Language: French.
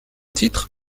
titre